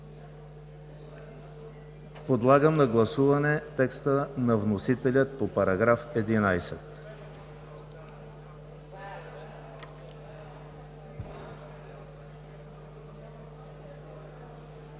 Подлагам на гласуване текста на вносителя за параграфи